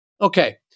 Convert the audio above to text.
Okay